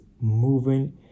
moving